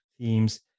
themes